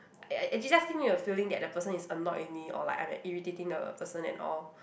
eh they just give me a feeling that the person is annoyed with me or like I'm at irritating the person and all